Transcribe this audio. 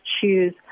choose